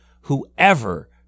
Whoever